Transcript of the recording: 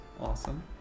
awesome